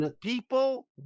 people